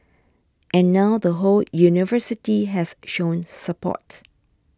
and now the whole university has shown support